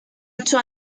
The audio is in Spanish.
ocho